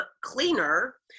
cleaner